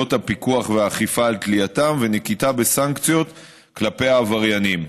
פעולות הפיקוח והאכיפה על תלייתם ונקיטת סנקציות כלפי העבריינים.